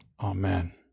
Amen